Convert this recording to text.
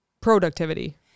Productivity